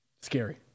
scary